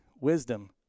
wisdom